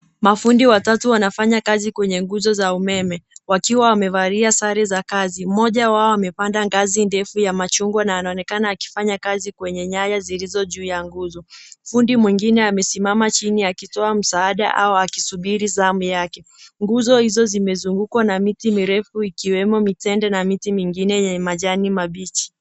Mafundi watatu wanafanya kazi kwenye nguzo za umeme wakiwa wamevalia sare za kazi ,mmoja wao amepanda ngazi ndefu ya machungwa na anaonekana akifanya kazi kwenye nyayo zilizo juu ya nguzo, fundi mwingine amesimama chini ya akitoa msaada au akisubiri zamu yake nguzo hizo zimezungukwa na miti mirefu ikiwemo mitende na miti mingine yenye majani mabichi.